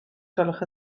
gwelwch